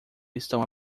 estão